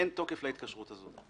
אין תוקף להתקשרות הזאת.